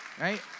Right